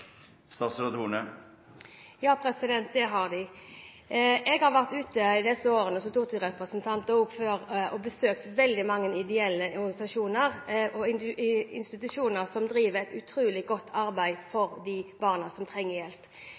Ja, det har de. I de årene jeg har vært stortingsrepresentant, og før, har jeg vært ute og besøkt ideelle organisasjoner og institusjoner som driver et utrolig godt arbeid for de barna som trenger hjelp.